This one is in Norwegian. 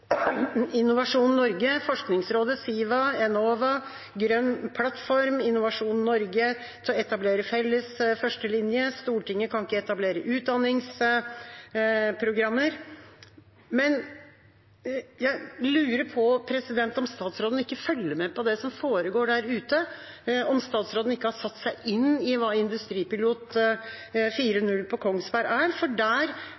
Innovasjon Norge, Forskningsrådet, SIVA, Enova og Grønn plattform og at Innovasjon Norge etablerer en felles førstelinje – Stortinget kan ikke etablere utdanningsprogrammer. Jeg lurer på om statsråden ikke følger med på det som foregår der ute, om hun ikke har satt seg inn i hva